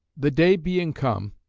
the day being come,